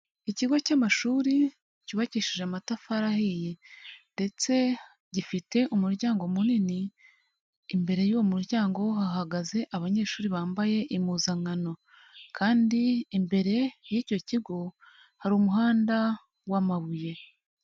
Ikigo cy'amashuri cyubakishije amatafari ahiye ndetse gifite umuryango munini, imbere y'uwo muryango hahagaze abanyeshuri bambaye impuzankano kandi imbere y'icyo kigo hari umuhanda w'amabuye.